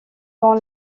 dans